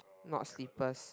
not slippers